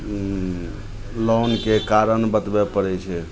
उँ लोनके कारण बतबै पड़ै छै